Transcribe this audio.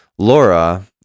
Laura